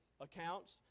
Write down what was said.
accounts